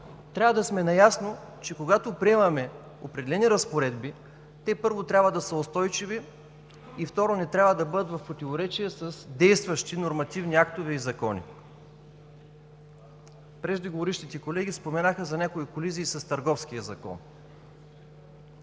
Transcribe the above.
трябва да сме наясно, че когато приемаме определени разпоредби, те, първо, трябва да са устойчиви, и, второ, не трябва да бъдат в противоречие с действащи нормативни актове и закони. Преждеговорившите колеги споменаха за някои колизии с Търговския закон.